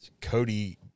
Cody